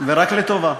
ורק לטובה.